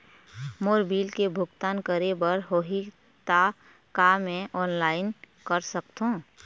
मोर bill के भुगतान करे बर होही ता का मैं ऑनलाइन कर सकथों?